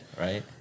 right